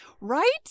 Right